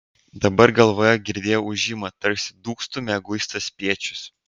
dabar galvoje girdėjo ūžimą tarsi dūgztų mieguistas spiečius